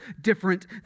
different